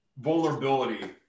vulnerability